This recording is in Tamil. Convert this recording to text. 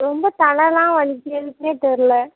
ரொம்ப தலையெலாம் வலிக்குது எதுக்குன்னே தெரில